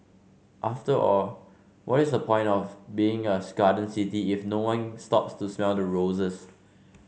after all what is the point of being a garden city if no one stops to smell the roses